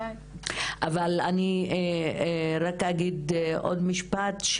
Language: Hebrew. אבל אני רק אגיד עוד משפט,